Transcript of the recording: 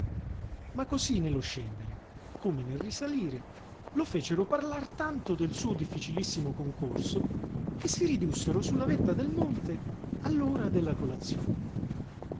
ma cosí nello scendere come nel risalire lo fecero parlar tanto del suo difficilissimo concorso che si ridussero su la vetta del monte all'ora della colazione